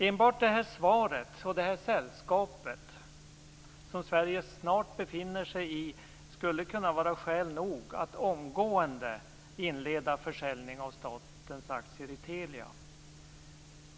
Enbart detta svar och det sällskap som Sverige snart befinner sig i skulle kunna vara skäl nog att omgående inleda försäljning av statens aktier i Telia.